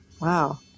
Wow